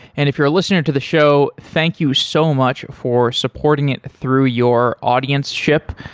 and if you're a listener to the show, thank you so much for supporting it through your audienceship.